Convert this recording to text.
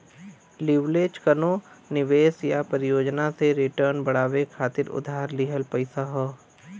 leverage कउनो निवेश या परियोजना से रिटर्न बढ़ावे खातिर उधार लिहल पइसा हौ